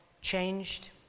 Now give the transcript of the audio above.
changed